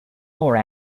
more